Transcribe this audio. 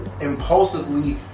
impulsively